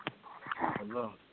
Hello